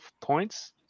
points